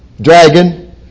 dragon